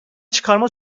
çıkarma